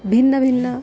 भिन्नभिन्न